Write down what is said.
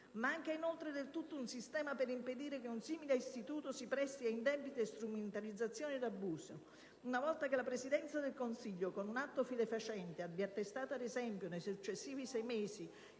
manca del tutto un sistema per impedire che un simile istituto si presti ad indebite strumentalizzazioni ed abusi. Una volta che la Presidenza del Consiglio, con un atto fidefacente, abbia attestato che - ad esempio - nei successivi sei mesi